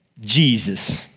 Jesus